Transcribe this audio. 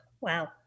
wow